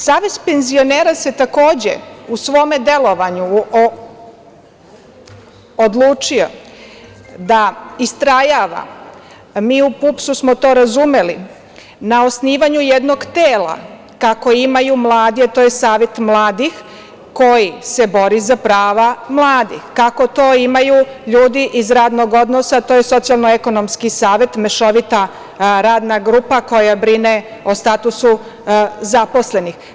Savez penzionera se, takođe, u svome delovanju odlučio da istrajava, mi u PUPS-u smo to razumeli, na osnivanju jednog tela, kako imaju mladi, a to je Savet mladih koji se bori za prava mladih, kako to imaju ljudi iz radnog odnosa, a to je Socijalno-ekonomski savet, mešovita radna grupa koja brine o statusu zaposlenih.